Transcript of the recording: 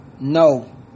No